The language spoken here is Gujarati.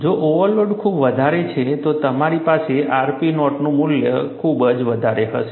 જો ઓવરલોડ ખૂબ વધારે છે તો તમારી પાસે rp નોટનું મૂલ્ય ખુબજ વધારે હશે